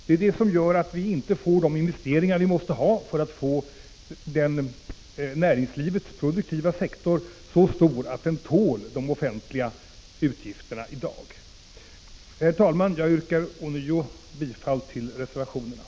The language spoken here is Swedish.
Det är det som gör att vi inte får de investeringar vi måste ha för att näringslivets produktiva sektor skall bli så stor att den tål de offentliga utgifterna. Herr talman! Jag yrkar ånyo bifall till reservationerna.